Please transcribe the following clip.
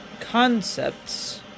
concepts